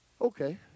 okay